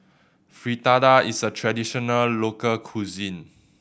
fritada is a traditional local cuisine